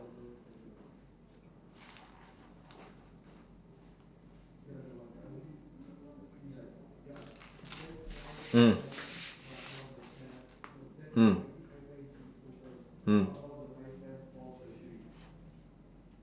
mm mm mm